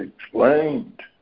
explained